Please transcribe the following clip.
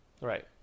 Right